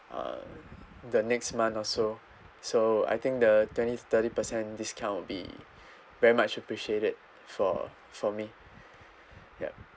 uh the next month or so so I think the twenty to thirty percent discount would be very much appreciated for for me yup